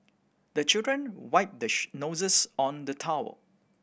the children wipe the noses on the towel